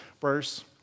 verse